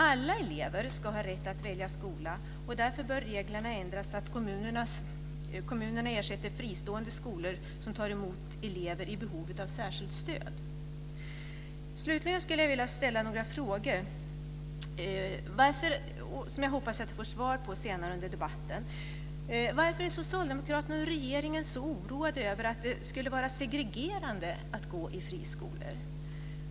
Alla elever ska ha rätt att välja skola, och därför bör reglerna ändras så att kommunerna ersätter fristående skolor som tar emot elever i behov av särskilt stöd. Slutligen skulle jag vilja ställa några frågor som jag hoppas få svar på senare under debatten. Varför är socialdemokraterna och regeringen så oroade över att det skulle vara segregerande att gå i friskolor?